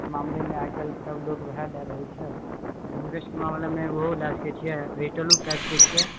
के मामलेमें आइकाल्हि सब लोग ओएह लऽ रहल छै रिस्क मामलेमे ओहो लए सकैत छी एयरटेलो कए सकैत छिऐ